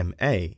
MA